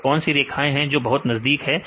तो कौन सी रेखाएं हैं जो कि बहुत नजदीक है